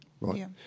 right